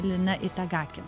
lina itagaki